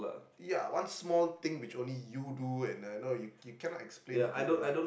ya one small thing which only you do and uh no you cannot explain to people